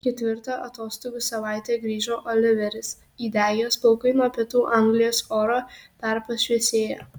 ketvirtą atostogų savaitę grįžo oliveris įdegęs plaukai nuo pietų anglijos oro dar pašviesėję